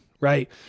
Right